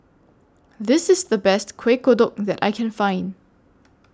This IS The Best Kueh Kodok that I Can Find